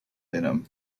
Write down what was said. venom